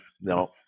No